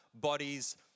bodies